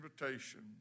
invitation